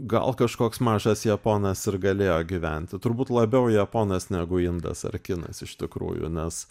gal kažkoks mažas japonas ir galėjo gyventi turbūt labiau japonas negu indas ar kinas iš tikrųjų nes